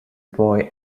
boy